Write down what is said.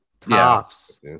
Tops